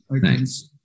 Thanks